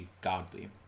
Godly